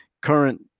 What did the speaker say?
current